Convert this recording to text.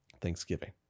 Thanksgiving